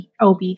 OB